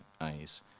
eyes